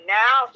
now